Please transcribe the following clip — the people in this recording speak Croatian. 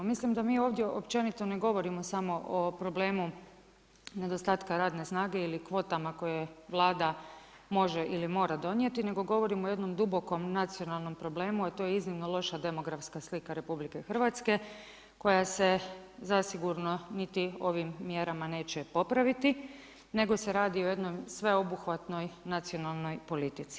Mislim da mi ovdje općenito ne govorimo samo o problemu nedostatku radne snage ili kvotama koje Vlada može ili mora donijeti, nego govorimo o jednom dubokom nacionalnom problemu, a to je iznimno loša demografska slika RH koja se zasigurno niti ovim mjerama neće popraviti nego se radi o jednoj sveobuhvatnoj nacionalnoj politici.